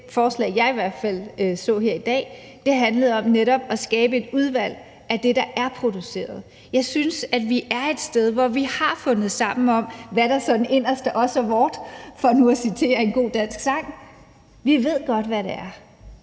forslag, jeg i hvert fald så her i dag, handlede netop om at skabe et udvalg af det, der er produceret. Jeg synes, at vi er et sted, hvor vi har fundet sammen om, hvad der sådan »inderst er os og vort« – for nu at citere en god dansk sang. Vi ved godt, hvad det er.